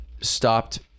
stopped